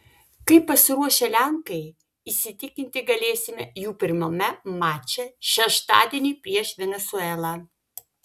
kaip pasiruošę lenkai įsitikinti galėsime jų pirmame mače šeštadienį prieš venesuelą